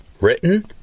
Written